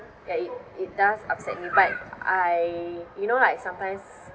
ya it it does upset me but I you know like sometimes